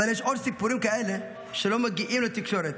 אבל יש עוד סיפורים כאלה, שלא מגיעים לתקשורת.